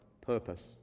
purpose